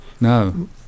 no